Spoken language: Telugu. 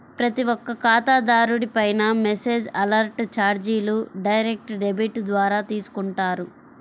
ప్రతి ఒక్క ఖాతాదారుడిపైనా మెసేజ్ అలర్ట్ చార్జీలు డైరెక్ట్ డెబిట్ ద్వారా తీసుకుంటారు